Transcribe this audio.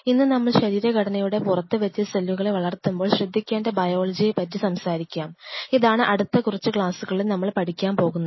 ഇന്ന് നമ്മൾ ശരീരഘടനയുടെ പുറത്തുവെച്ച് സെല്ലുകളെ വളർത്തുമ്പോൾ ശ്രദ്ധിക്കേണ്ട ബയോളജിയെപ്പറ്റി സംസാരിക്കാം ഇതാണ് അടുത്ത കുറച്ച് ക്ലാസ്സുകളിൽ നമ്മൾ പഠിക്കാൻ പോകുന്നത്